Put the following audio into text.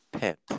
pet